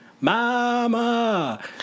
Mama